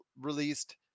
released